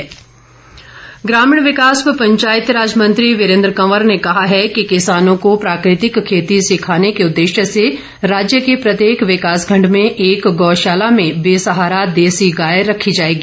वीरेन्द्र कंवर ग्रामीण विकास व पंचायती राज मंत्री वीरेन्द्र कंवर ने कहा है कि किसानों को प्राकृतिक खेती सिखाने के मकसद से राज्य के प्रत्येक विकास खंड में एक गौशाला में बेसहारा देसी गाय रखी जाएगी